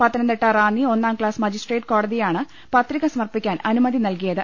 പത്തനംതിട്ട റാന്നി ഒന്നാം class magistrate കോട്ടതിയാണ് പത്രിക സമർപ്പിക്കാൻ അനുമതി നൽകിയത്